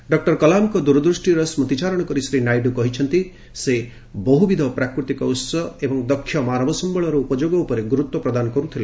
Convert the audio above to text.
doctor କଲାମ୍ଙ୍କ ଦୂରଦୃଷ୍ଟିର ସ୍କୃତିଚାରଣ କରି ଶ୍ରୀ ନାଇଡୁ କହିଛନ୍ତି ସେ ବହୁବିଧ ପ୍ରାକୃତିକ ଉହ ଏବଂ ଦକ୍ଷ ମାନବ ସମ୍ଭଳର ଉପଯୋଗ ଉପରେ ଗୁରୁତ୍ୱ ପ୍ରଦାନ କରୁଥିଲେ